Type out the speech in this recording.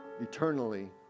eternally